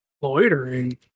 Loitering